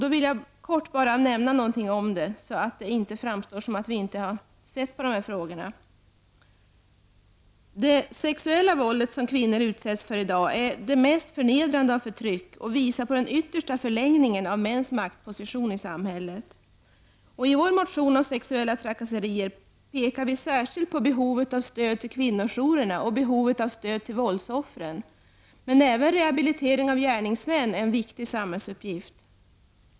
Jag vill då helt kort nämna något om detta, så att det inte framstår som att vi inte har sett på dessa frågor. Det sexuella våld som många kvinnor utsätts för i dag är det mest förnedrande av förtryck och visar på den yttersta förlängningen av mäns maktposition i samhället. I vår motion om sexuella trakasserier pekar vi särskilt på behovet av stöd till kvinnojourerna och behovet av stöd till våldsoffren. Men även rehabilitering av gärningsmän är en viktig samhällsuppgift.